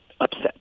upset